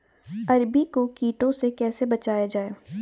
अरबी को कीटों से कैसे बचाया जाए?